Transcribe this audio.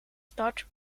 start